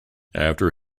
after